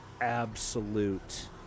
absolute